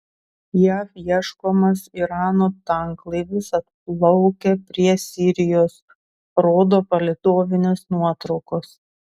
jav ieškomas irano tanklaivis atplaukė prie sirijos rodo palydovinės nuotraukos